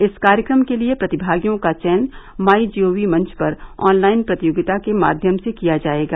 इस कार्यक्रम के लिए प्रतिभागियों का चयन माई जीओवी मंच पर ऑनलाइन प्रतियोगिता के माध्यम से किया जाएगा